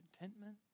contentment